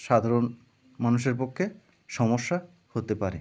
সাধারণ মানুষের পক্ষে সমস্যা হতে পারে